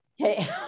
Okay